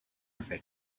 fait